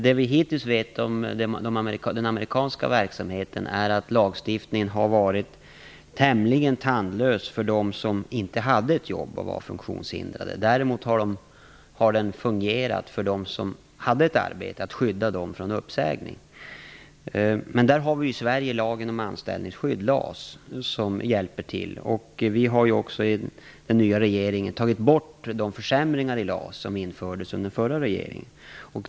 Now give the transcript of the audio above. Det vi hittills vet om den amerikanska verksamheten är att lagstiftningen har varit tämligen tandlös för dem som inte hade ett jobb och var funktionshindrade. Däremot har den fungerat för dem som hade ett arbete genom att skydda dem från uppsägning. Där har vi i Sverige lagen om anställningsskydd, LAS, som hjälper till. Vi i den nya regeringen har också tagit bort de försämringar i LAS som infördes under den förra regeringen.